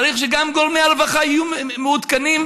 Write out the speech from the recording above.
צריך שגם גורמי הרווחה יהיו מעודכנים,